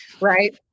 right